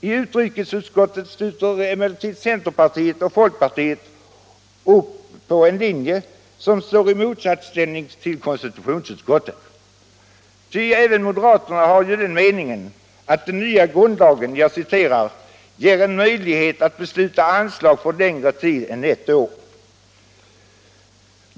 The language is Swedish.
I utrikesutskottet sluter emellertid centerpartiet och folkpartiet upp på en linje som står i motsatsställning till konstitutionsutskottet, ty även moderaterna har ju meningen att den nya grundlagen ”ger en möjlighet att besluta anslag för längre tid än ett budgetår”.